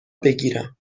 بگیرم